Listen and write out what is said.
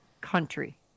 country